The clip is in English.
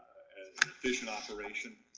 vision operation,